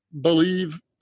believe